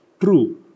true